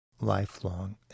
lifelong